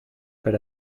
but